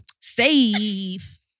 safe